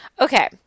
Okay